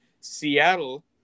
Seattle